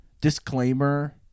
disclaimer